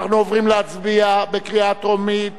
אנחנו עוברים להצבעה בקריאה טרומית